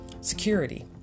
security